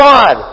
God